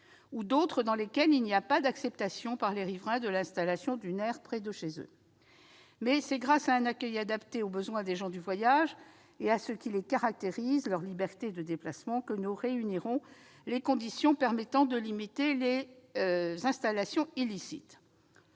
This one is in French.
ou à celles dans lesquelles il n'y a pas d'acceptation par les riverains de l'installation d'une aire près de chez eux. Toutefois, c'est grâce à un accueil adapté aux besoins des gens du voyage et à ce qui les caractérise- leur liberté de déplacement -que nous réunirons les conditions permettant de limiter les installations illicites,